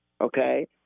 okay